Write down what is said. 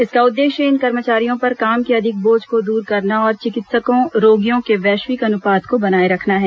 इसका उद्देश्य इन कर्मचारियों पर काम के अधिक बोझ को दूर करना और चिकित्सकों रोगियों के वैश्विक अनुपात को बनाए रखना है